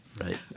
Right